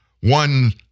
one